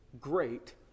great